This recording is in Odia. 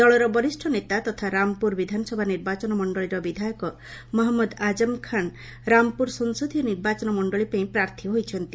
ଦଳର ବରିଷ୍ଣ ନେତା ତଥା ରାମପୁର ବିଧାନସଭା ନିର୍ବାଚନ ମଣ୍ଡଳୀର ବିଧାୟକ ମହନ୍ମଦ ଆଜମ୍ ଖାନ୍ ରାମପୁର ସଂସଦୀୟ ନିର୍ବାଚନ ମଣ୍ଡଳୀ ପାଇଁ ପ୍ରାର୍ଥୀ ହୋଇଛନ୍ତି